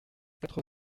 quatre